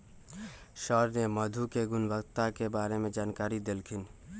sir ने मधु के गुणवत्ता के बारे में जानकारी देल खिन